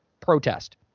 protest